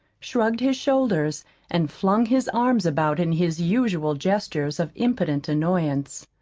shrugged his shoulders and flung his arms about in his usual gestures of impotent annoyance.